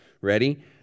Ready